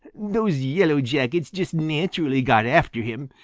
those yellow jackets just naturally got after him.